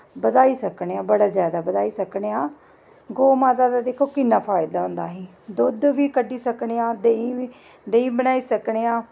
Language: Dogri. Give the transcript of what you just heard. बद्धाई सकने आं बड़ा जादा बद्धाई सकने आ गौऽ माता दा दिक्खो कि'न्ना फायदा होंदा ऐ दुद्ध बी कड्ढी सकने आं देहीं बी बनाई सकने आं